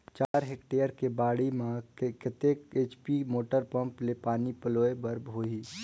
चार हेक्टेयर के बाड़ी म कतेक एच.पी के मोटर पम्म ले पानी पलोय बर होही?